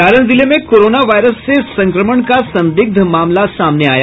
सारण जिले में corona virus से संक्रमण का संदिग्ध मामला सामने आया